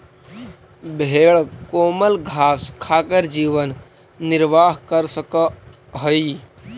भेंड कोमल घास खाकर जीवन निर्वाह कर सकअ हई